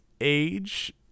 age